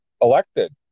elected